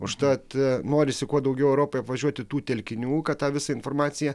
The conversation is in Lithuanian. užtat norisi kuo daugiau europoje apvažiuoti tų telkinių kad tą visą informaciją